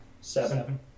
Seven